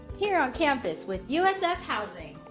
here on campus with usf housing!